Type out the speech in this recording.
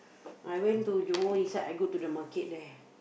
I went to Johor inside I go to the market there